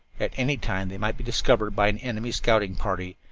at any time they might be discovered by an enemy scouting party,